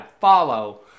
follow